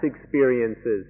experiences